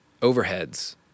overheads